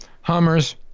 Hummers